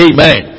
Amen